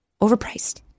overpriced